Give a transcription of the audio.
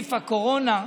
בנגיף הקורונה,